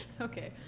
Okay